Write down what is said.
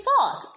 thought